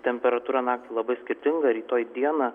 temperatūra naktį labai skirtinga rytoj dieną